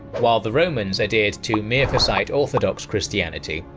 while the romans adhered to miaphysite orthodox christianity,